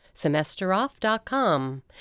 semesteroff.com